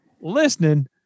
listening